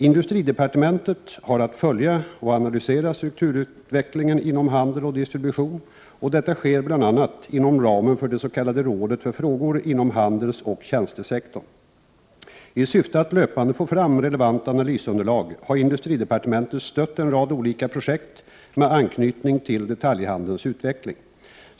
Industridepartementet har att följa och analysera strukturutvecklingen inom handel och distribution. Detta sker bl.a. inom ramen för det s.k. rådet för frågor inom handelsoch tjänstesektorn. I syfte att löpande få fram relevant analysunderlag har industridepartementet stött en rad olika projekt med anknytning till detaljhandelns utveckling.